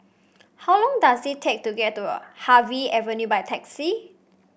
how long does it take to get to Harvey Avenue by taxi